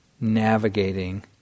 navigating